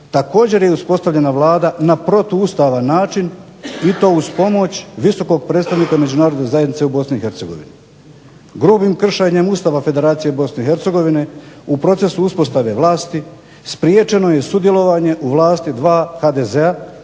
također je uspostavljena Vlada na protuustavan način i to uz pomoć visokog predstavnika Međunarodne zajednice u BiH. Grubim kršenjem Ustava Federacije BiH u procesu uspostave vlasti spriječeno je sudjelovanje u vlasti dva HDZ-a